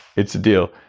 it's a deal.